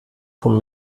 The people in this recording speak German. vom